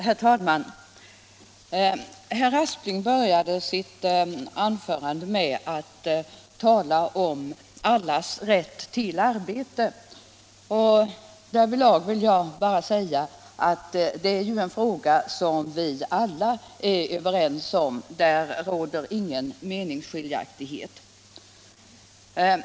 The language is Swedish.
Herr talman! Herr Aspling började sitt anförande med att tala om allas rätt till arbete. Därvidlag är vi alla överens — där råder inga meningsskiljaktigheter.